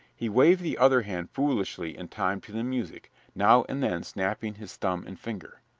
he waved the other hand foolishly in time to the music, now and then snapping his thumb and finger.